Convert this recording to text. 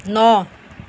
ন